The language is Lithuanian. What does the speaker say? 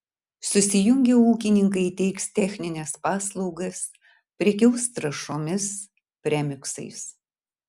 susijungę ūkininkai teiks technines paslaugas prekiaus trąšomis premiksais